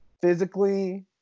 physically